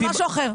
זה משהו אחר.